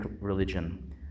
religion